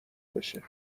بشه